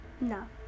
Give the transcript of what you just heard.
no